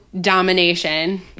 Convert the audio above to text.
Domination